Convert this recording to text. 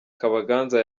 kabaganza